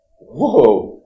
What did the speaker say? whoa